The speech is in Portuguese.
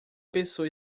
pessoa